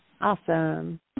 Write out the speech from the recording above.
Awesome